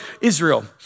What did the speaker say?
Israel